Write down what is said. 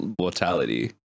mortality